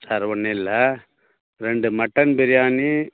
sir ஒன்றுல்ல ரெண்டு mutton biryani